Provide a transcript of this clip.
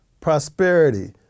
prosperity